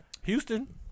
Houston